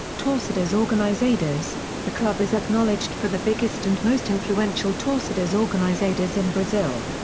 torcidas organizadas the club is acknowledged for the biggest and most influential torcidas organizadas in brazil.